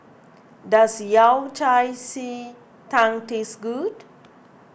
does Yao Cai Ji Tang taste good